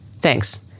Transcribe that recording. Thanks